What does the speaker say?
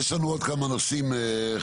יש לנו עוד כמה נושאים חשובים.